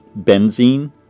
benzene